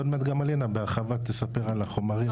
עוד מעט גם אלינה בהרחבה תספר על החומרים.